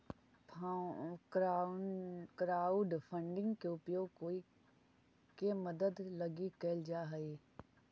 crowdfunding के उपयोग कोई के मदद लगी कैल जा हई